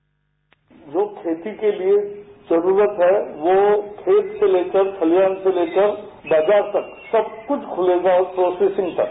bite जो खेती के लिए जरूरत है वो खेत से लेकर खलिहान से लेकर बाजार तक सब कुछ खुलेगा प्रोसेसिंग तक